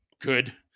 good